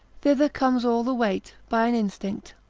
thither comes all the weight by an instinct.